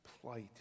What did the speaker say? plight